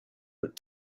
but